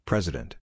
President